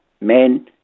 men